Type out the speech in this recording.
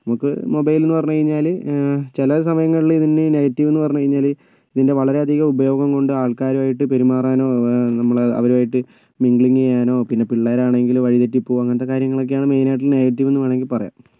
നമുക്ക് മൊബൈലെന്ന് പറഞ്ഞു കഴിഞ്ഞാൽ ചില സമയങ്ങളിൽ ഇതിന് നെഗറ്റീവെന്ന് പറഞ്ഞു കഴിഞ്ഞാൽ ഇതിൻ്റെ വളരെ അധികം ഉപയോഗം കൊണ്ട് ആൾക്കാരുമായിട്ട് പെരുമാറാനൊ നമ്മൾ അവരുമായിട്ട് മിഗ്ലിങ് ചെയ്യാനൊ പിന്നെ പിള്ളേരാണെങ്കിൽ വഴിതെറ്റി പോകും അങ്ങനത്തെ കാര്യങ്ങളൊക്കെയാണ് മെയിനായിട്ടും നെഗറ്റീവെന്ന് വേണമെങ്കിൽ പറയാം